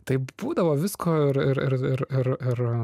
taip būdavo visko ir ir